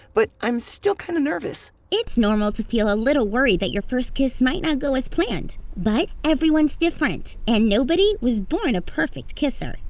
but i'm still kind of nervous. it's normal to feel a little worried that your first kiss might not go as planned, but everyone's different and nobody was born a perfect kisser.